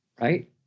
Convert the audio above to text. right